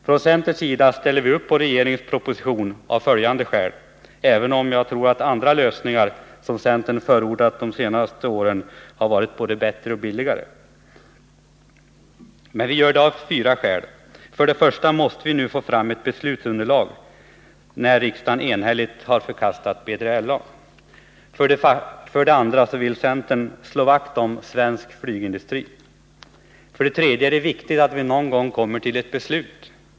Från centerns sida sluter vi upp bakom regeringens proposition av följande skäl — även om andra lösningar, som centern under de senaste åren förordat hade varit både bättre och billigare: För det första måste vi nu få fram ett beslutsunderlag, eftersom riksdagen enhälligt förkastat B3LA. För det andra vill centern slå vakt om svensk flygplansindustri. För det tredje är det viktigt att vi någon gång kommer fram till ett beslut.